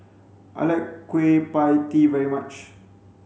I like kueh pie tee very much